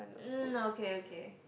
mm okay okay